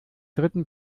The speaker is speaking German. dritten